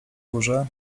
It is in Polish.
górze